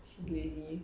she lazy